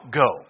go